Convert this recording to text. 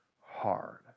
hard